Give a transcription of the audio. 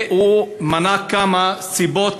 הוא מנה כמה סיבות,